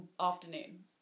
afternoon